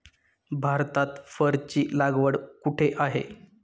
भारतात फरची लागवड कुठे आहे?